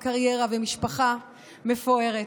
עם קריירה ומשפחה מפוארת,